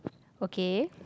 okay